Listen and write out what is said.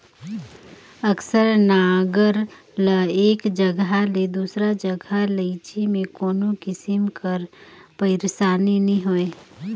अकरस नांगर ल एक जगहा ले दूसर जगहा लेइजे मे कोनो किसिम कर पइरसानी नी होए